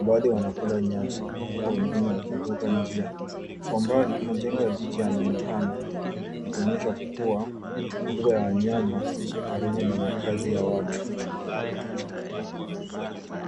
Baadhi wanakula nyasi huku wengine wakivuka njia. Kwa mbali, majengo ya jiji yanaonekana yakionyesha kuwa mbuga ya wanyama iko karibu na makazi ya watu.